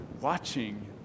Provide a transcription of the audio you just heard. watching